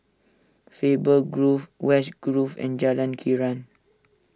Faber Grove West Grove and Jalan Krian